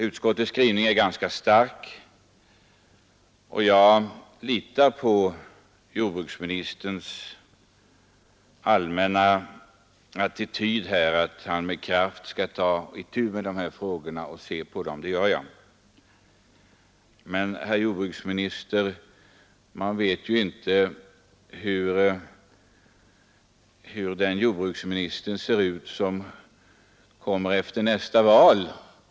Utskottets skrivning är ganska stark, och jag litar på jordbruksministerns allmänna attityd: att han med kraft skall ta itu med dessa frågor. Men, herr jordbruksminister, man vet inte hur den jordbruksminister ser ut som kommer efter nästa val.